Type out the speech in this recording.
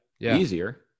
easier